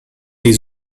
die